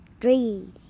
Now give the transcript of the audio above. Three